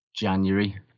January